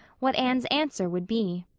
what anne's answer would be.